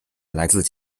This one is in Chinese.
来自